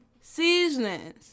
seasonings